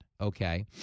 Okay